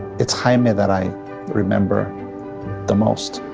it's jaime that i remember the most?